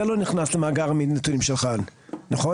זה לא נכנס למאגר הנתונים שלך נכון?